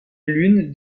lune